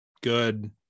good